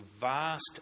vast